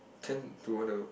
tend to want to